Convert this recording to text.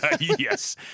Yes